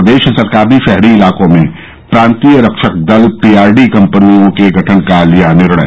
प्रदेश सरकार ने शहरी इलाकों में प्रांतीय रक्षक दल पीआरडी कम्पनियों के गठन का लिया निर्णय